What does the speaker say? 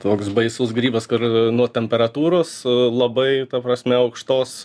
toks baisus grybas kur nuo temperatūros labai ta prasme aukštos